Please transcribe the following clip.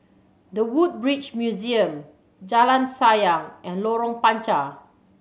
The Woodbridge Museum Jalan Sayang and Lorong Panchar